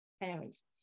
parents